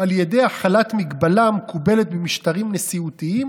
על ידי הכלת מגבלה המקובלת במשטרים נשיאותיים